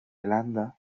zelanda